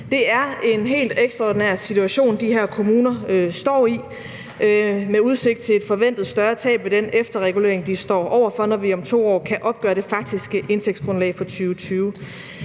Det er en helt ekstraordinær situation, de her kommuner står i, med udsigt til et forventet større tab ved den efterregulering, de står over for, når vi om 2 år kan opgøre det faktiske indtægtsgrundlag for 2020.